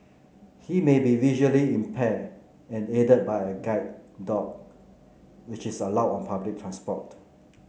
he may be visually impaired and aided by a guide dog which is allowed on public transport